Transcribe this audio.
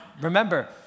remember